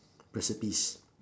recipes